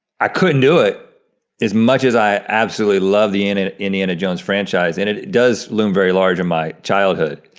i couldn't do it as much as i absolutely love the and and indiana jones franchise, and it does loom very large in my childhood.